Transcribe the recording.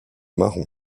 marron